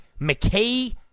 McKay